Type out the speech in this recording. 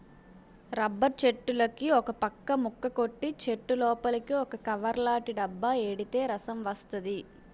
rubber చెట్టులుకి ఒకపక్క ముక్క కొట్టి చెట్టులోపలికి ఒక కవర్లాటి డబ్బా ఎడితే రసం వస్తది